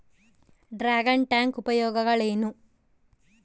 Dragon tank ಉಪಯೋಗಗಳೇನು?